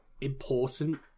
important